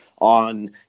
on